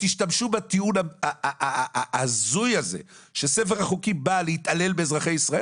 ותשתמשו בטיעון ההזוי הזה שספר החוקים בא להתעלל באזרחי ישראל,